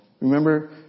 Remember